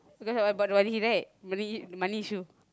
because about the money right the money issue